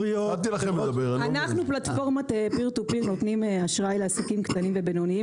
אנחנו פלטפורמה שנותנים אשראי לעסקים קטנים ובינוניים